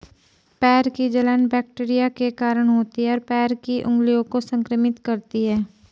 पैर की जलन बैक्टीरिया के कारण होती है, और पैर की उंगलियों को संक्रमित करती है